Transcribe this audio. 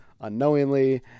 unknowingly